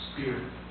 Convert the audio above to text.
spirit